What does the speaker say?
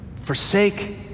Forsake